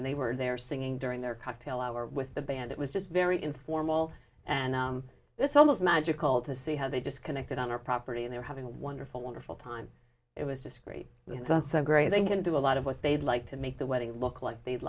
and they were there singing during their cocktail hour with the band it was just very informal and this almost magical to see how they just connected on their property and they were having a wonderful wonderful time it was just so great they can do a lot of what they'd like to make the wedding look like they'd